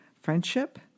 friendship